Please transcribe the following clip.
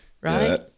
Right